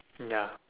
ya